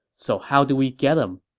so how do we get him?